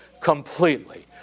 completely